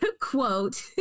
quote